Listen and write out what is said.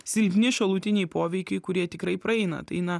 silpni šalutiniai poveikiai kurie tikrai praeina tai na